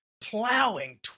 plowing